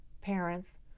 parents